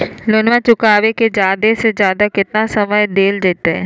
Loan चुकाबे के जादे से जादे केतना समय डेल जयते?